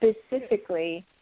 specifically